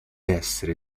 essere